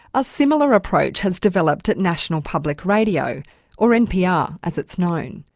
a similar approach has developed at national public radio or npr as it's known.